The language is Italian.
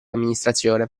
amministrazione